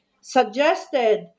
suggested